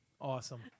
Awesome